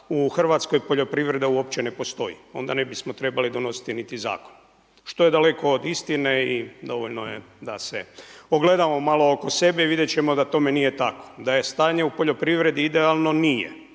u Hrvatskoj poljoprivreda uopće ne postoji. Onda ne bi smo trebali donositi niti zakon. Što je daleko od istine i dovoljno je da se ogledamo malo oko sebe i vidjet ćemo da tome nije tako. Da je stanje u poljoprivredi idealno, nije.